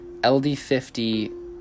LD50